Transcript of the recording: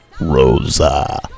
Rosa